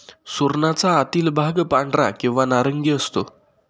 सुरणाचा आतील भाग पांढरा किंवा नारंगी असतो